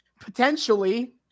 Potentially